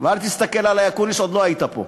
ואל תסתכל עלי, אקוניס, עוד לא היית פה,